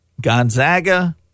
Gonzaga